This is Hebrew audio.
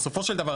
בסופו של דבר,